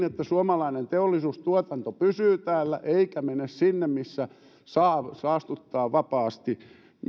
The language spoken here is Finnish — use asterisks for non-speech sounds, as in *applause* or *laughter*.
*unintelligible* että suomalainen teollisuustuotanto pysyy täällä eikä mene sinne missä saa saastuttaa vapaasti